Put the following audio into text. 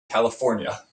california